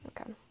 Okay